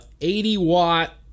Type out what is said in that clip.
80-watt